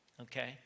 okay